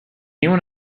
anyone